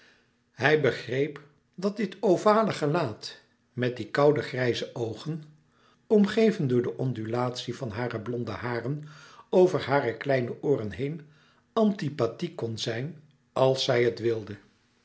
hij begreep dat dit ovale gelaat met die koude grijze oogen omgeven door de ondulatie van hare blonde haren over hare kleine ooren louis couperus metamorfoze heen antipathiek kon zijn als zij het wilde